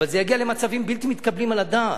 אבל זה יגיע למצבים בלתי מתקבלים על הדעת,